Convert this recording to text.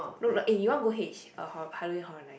no like eh you wanna go H uh Halloween Horror Night